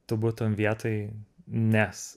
tu būtum vietoj nes